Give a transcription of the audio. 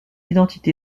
identité